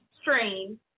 stream